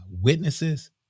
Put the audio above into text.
witnesses